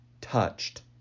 touched